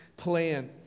Plan